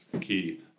key